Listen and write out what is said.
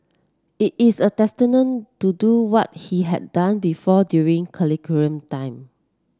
it is a to do what he had done before during curriculum time